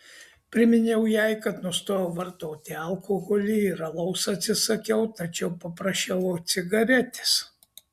priminiau jai kad nustojau vartoti alkoholį ir alaus atsisakiau tačiau paprašiau cigaretės